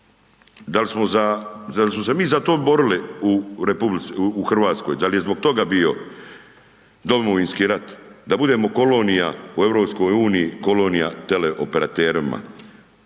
Da li smo za borili u Hrvatskoj? Da li je zbog toga bio Domovinski rat? Da budemo kolonija u EU, kolonija teleoperaterima